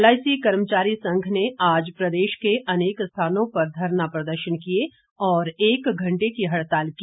LIC कर्मचारी संघ ने आज प्रदेश के अनेक स्थानों पर धरना प्रदर्शन किए और एक घंटे की हड़ताल की